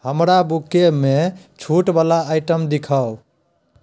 हमरा बूके मे छूट बला आइटम देखाउ